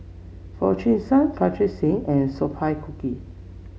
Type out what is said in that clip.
Foo Chee San Pritam Singh and Sophia Cooke